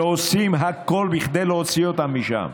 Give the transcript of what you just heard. ועושים הכול כדי להוציא אותם משם.